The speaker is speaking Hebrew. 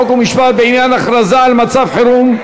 חוק ומשפט בעניין הכרזה על מצב חירום,